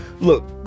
Look